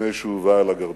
לפני שהובא אל הגרדום: